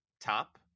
top